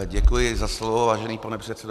Děkuji za slovo, vážený pane předsedo.